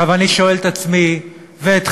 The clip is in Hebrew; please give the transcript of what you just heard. עכשיו אני שואל את עצמי ואתכם: